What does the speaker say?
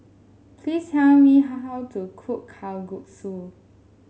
please tell me how how to cook Kalguksu